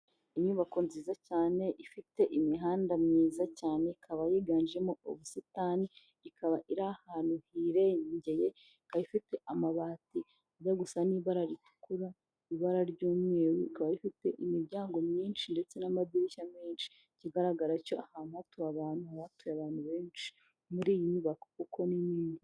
Inyubako nziza cyane ifite imihanda myiza cyane ikaba yiganjemo ubusitani ikaba iri ahantu hirengeye ikaba ifite amabati ajya gusa ni ibara ritukura ibara ry'umweru ikaba rifite imiryango myinshi ndetse n'amadirishya menshi kigaragara cyo aha hantu hatuye abantu haba hatuye abantu benshi muri iyi nyubako kuko ni nini.